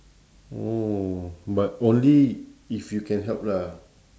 orh but only if you can help lah